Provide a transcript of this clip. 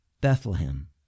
Bethlehem